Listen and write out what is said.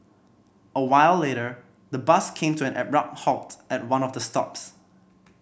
a while later the bus came to an abrupt halt at one of the stops